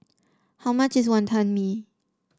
how much is Wonton Mee